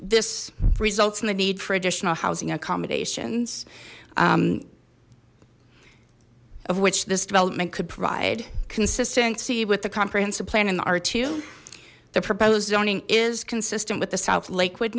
this results in the need for additional housing accommodations of which this development could provide consistency with the comprehensive plan in the our to the proposed zoning is consistent with the south lakewood